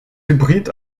hybrid